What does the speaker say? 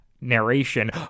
narration